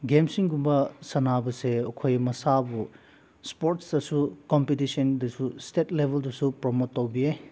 game ꯁꯤꯒꯨꯝꯕ ꯁꯥꯟꯅꯕꯁꯦ ꯑꯈꯣꯏ ꯃꯁꯥꯕꯨ ꯏꯁꯄꯣꯔꯠꯇꯁꯨ ꯀꯣꯝꯄꯤꯇꯤꯁꯟꯗꯁꯨ ꯏꯁꯇꯦꯠ ꯂꯦꯕꯦꯜꯗꯁꯨ ꯄ꯭ꯔꯄꯣꯠ ꯇꯧꯕꯤꯌꯦ